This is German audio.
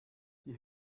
die